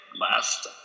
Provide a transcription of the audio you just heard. last